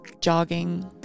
jogging